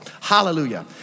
Hallelujah